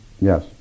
Yes